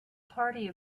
party